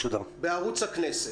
הכנסת.